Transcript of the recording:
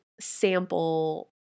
sample